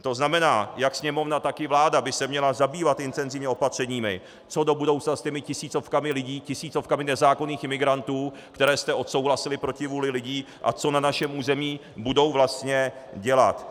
To znamená, jak Sněmovna, tak i vláda by se měly zabývat intenzivně opatřeními, co do budoucna s těmi tisícovkami lidí, tisícovkami nezákonných imigrantů, které jste odsouhlasili proti vůli lidí, a co na našem území budou vlastně dělat.